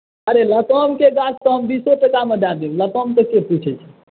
अरे लतामके गाछ तऽ हम बीसे टाकामे दए देब लतामके के पूछैत छै